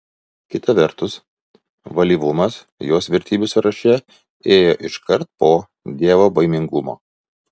kita vertus valyvumas jos vertybių sąraše ėjo iškart po dievobaimingumo